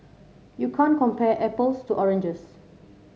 you can't compare apples to oranges